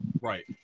Right